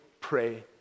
pray